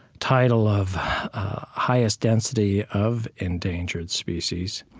title of highest density of endangered species.